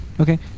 Okay